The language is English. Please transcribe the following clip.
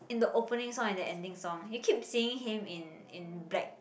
in the opening song and the ending song you keep seeing him in in black